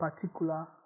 particular